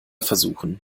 versuchen